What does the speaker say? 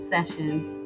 Sessions